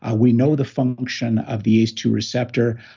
ah we know the function of these two receptor,